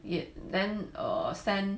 then err send